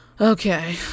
okay